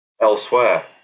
elsewhere